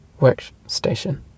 Workstation